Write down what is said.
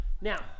Now